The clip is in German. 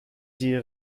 die